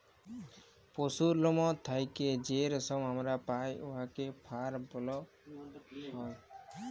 পশুর লম থ্যাইকে যে রেশম আমরা পাই উয়াকে ফার ব্যলা হ্যয়